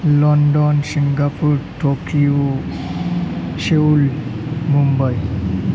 London Singapore Tokyo Seoul Mumbai